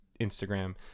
Instagram